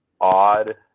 odd